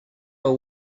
are